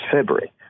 February